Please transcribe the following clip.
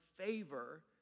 favor